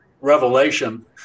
Revelation